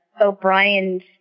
O'Brien's